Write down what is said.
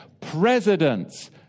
presidents